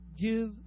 give